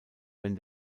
wenn